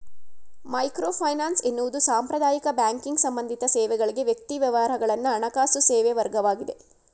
microfinance ಎನ್ನುವುದು ಸಾಂಪ್ರದಾಯಿಕ banking ಸಂಬಂಧಿತ ಸೇವೆಗಳ್ಗೆ ವ್ಯಕ್ತಿ ವ್ಯವಹಾರಗಳನ್ನ ಹಣಕಾಸು ಸೇವೆವರ್ಗವಾಗಿದೆ